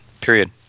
Period